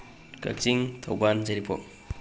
ꯀꯛꯆꯤꯡ ꯊꯧꯕꯥꯜ ꯌꯥꯏꯔꯤꯄꯣꯛ